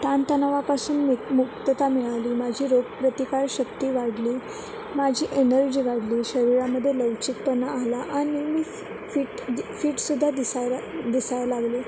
ताण तणावापासून मु मुक्तता मिळाली माझी रोगप्रतिकार शक्ती वाढली माझी एनर्जी वाढली शरीरामध्ये लवचिकपणा आला आणि मी फिट फिटसुद्धा दिसायला दिसाय लागली